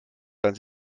dann